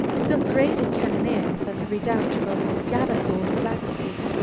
a still greater canon-eer than the redoubtable jadassohn of leipzig.